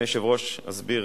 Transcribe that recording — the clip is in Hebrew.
אסביר